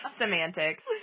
Semantics